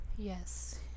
yes